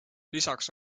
lisaks